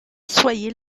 soyez